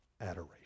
adoration